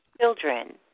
children